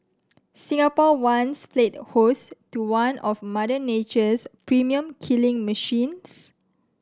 Singapore once played host to one of Mother Nature's premium killing machines